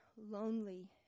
lonely